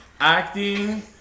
acting